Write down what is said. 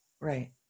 Right